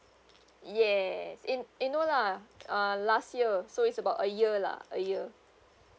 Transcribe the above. yes in you know lah uh last year so it's about a year lah a year